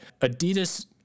Adidas